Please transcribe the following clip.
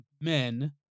men